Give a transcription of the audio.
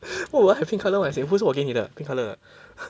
why would I have pink colour one as in 不是我给你的 pink colour 的